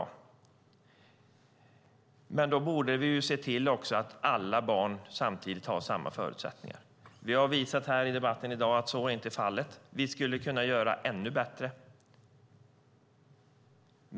Men då borde vi se till att alla barn samtidigt har samma förutsättningar. Vi har visat i debatten i dag att så inte är fallet. Vi kan göra ännu bättre.